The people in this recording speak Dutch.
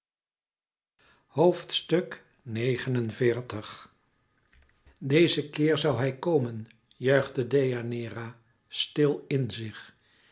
dezen keer zoû hij komen juichte deianeira stil in zich